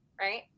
Right